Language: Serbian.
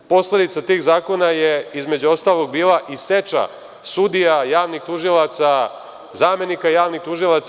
Posledica tih zakona je između ostalih bila i seča sudija, javnih tužilaca, zamenika javnih tužilaca.